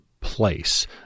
place